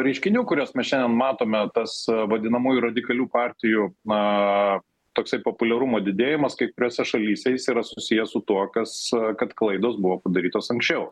reiškinių kuriuos mes šiandien matome tas vadinamųjų radikalių partijų na toksai populiarumo didėjimas kai kuriose šalyse jis yra susijęs su tuo kas kad klaidos buvo padarytos anksčiau